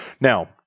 Now-